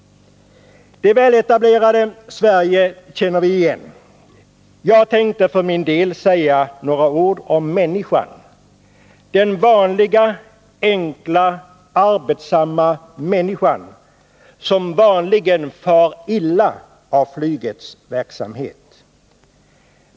Det väl etablerade Sverige känner vi igen. Jag tänker för min del säga några ord om människan, den vanliga enkla arbetssamma människan, som vanligen far illa av flygets verksamhet.